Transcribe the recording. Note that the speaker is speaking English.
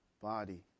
body